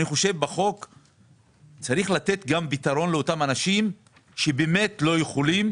אני חושב שצריך לתת בחוק פתרון גם לאותם אנשים שבאמת לא יכולים